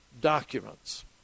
documents